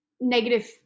negative